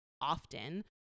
often